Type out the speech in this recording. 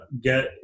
get